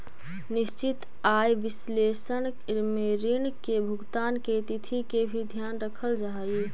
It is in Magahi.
निश्चित आय विश्लेषण में ऋण के भुगतान के तिथि के भी ध्यान रखल जा हई